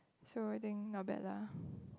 so I think not bad lah